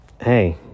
hey